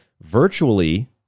virtually